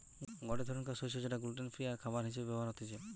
গটে ধরণকার শস্য যেটা গ্লুটেন ফ্রি আরখাবার হিসেবে ব্যবহার হতিছে